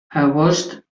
agost